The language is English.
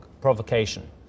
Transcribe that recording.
provocation